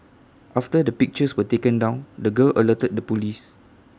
after the pictures were taken down the girl alerted the Police